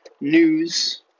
news